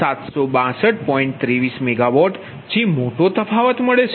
23 MW જે મોટો તફાવત છે